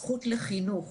פסיכולוגים חינוכיים.